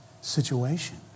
situation